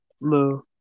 No